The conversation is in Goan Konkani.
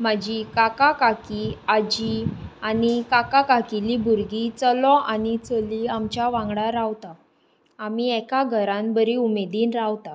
म्हजी काका काकी आजी आनी काका काकीलीं भुरगीं चलो आनी चली आमच्या वांगडा रावता आमी एका घरान बरी उमेदीन रावता